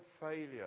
failure